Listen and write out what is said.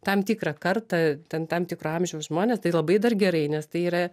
tam tikrą kartą ten tam tikro amžiaus žmones tai labai dar gerai nes tai yra